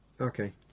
Okay